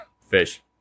Fish